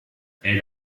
elle